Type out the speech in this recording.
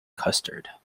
custard